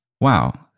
wow